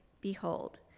Behold